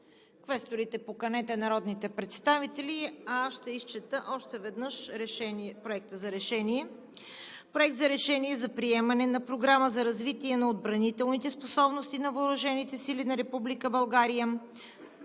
Квесторите, поканете народните представители, а аз ще изчета още веднъж Проекта за решение. „Проект! РЕШЕНИЕ: за приемане на Програма за развитие на отбранителните способности на